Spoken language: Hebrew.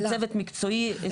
כצוות מקצועי.